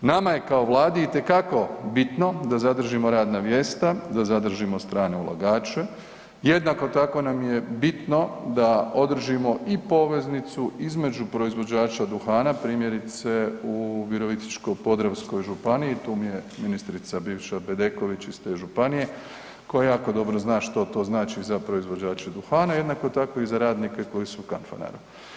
Nama je kao Vladi itekako bitno da zadržimo radna mjesta, da zadržimo strane ulagače, jednako tako nam je bitno da održimo i poveznicu između proizvođača duhana primjerice u Virovitičko-podravskoj županiji tu mi je ministrica bivša Bedeković iz te županije koja jako dobro zna što to znači za proizvođače duhana jednako tako i za radnike koji su u Kanfanaru.